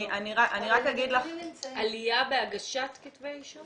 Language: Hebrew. אני רק אגיד לך --- עלייה בהגשת כתבי אישום?